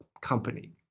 company